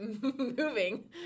moving